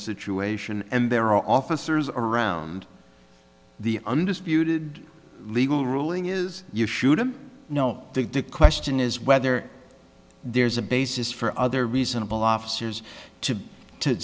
situation and there are officers around the undisputed legal ruling is you shoot him no i think the question is whether there's a basis for other reasonable officers to